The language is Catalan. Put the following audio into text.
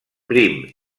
prim